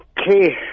Okay